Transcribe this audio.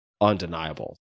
undeniable